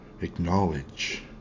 acknowledge